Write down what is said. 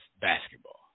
basketball